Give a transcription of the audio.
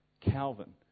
Calvin